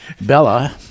Bella